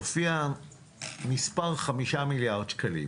הופיע המספר: 5 מיליארד שקלים.